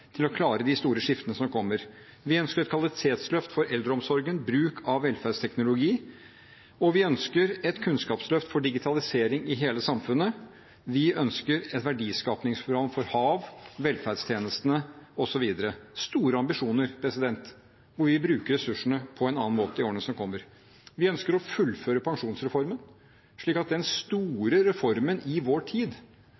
å klare de store skiftene som kommer. Vi ønsker et kvalitetsløft for eldreomsorgen, bruk av velferdsteknologi. Vi ønsker et kunnskapsløft for digitalisering i hele samfunnet. Vi ønsker et verdiskapingsprogram for hav, velferdstjenestene osv. – store ambisjoner, hvor vi bruker ressursene på en annen måte i årene som kommer. Vi ønsker å fullføre pensjonsreformen, slik at den